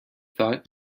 thought